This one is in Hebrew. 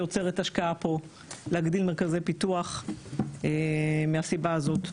עוצרת השקעה פה להגדיל מרכזי פיתוח מהסיבה הזאת.